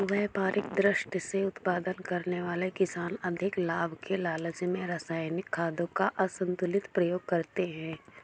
व्यापारिक दृष्टि से उत्पादन करने वाले किसान अधिक लाभ के लालच में रसायनिक खादों का असन्तुलित प्रयोग करते हैं